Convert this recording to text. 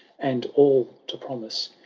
and all to promise,